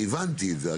הבנתי את זה,